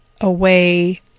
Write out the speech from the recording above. away